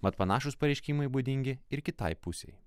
mat panašūs pareiškimai būdingi ir kitai pusei